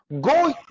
Go